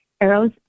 arrows